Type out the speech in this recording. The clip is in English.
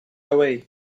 away